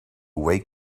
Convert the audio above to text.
wake